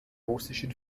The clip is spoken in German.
russischen